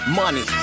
money